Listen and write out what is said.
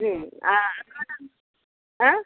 হুম হ্যাঁ